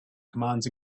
commands